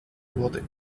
wurde